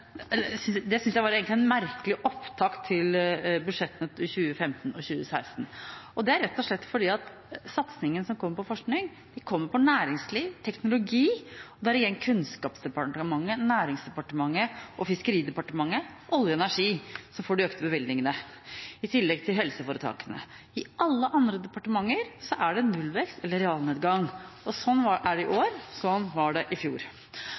rett og slett fordi satsingen som kom på forskning, kom på næringsliv og teknologi, og dermed er det Kunnskapsdepartementet, Næringsdepartementet, Fiskeridepartementet og Olje- og energidepartementet som får de økte bevilgningene, i tillegg til helseforetakene. I alle andre departementer er det nullvekst eller en realnedgang. Sånn er det i år, og sånn var det i fjor.